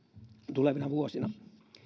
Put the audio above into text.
tulevina vuosina